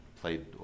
played